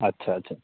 अच्छा अच्छा